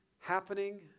happening